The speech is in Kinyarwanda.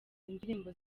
indirimbo